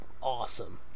awesome